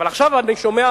אבל עכשיו אני שומע,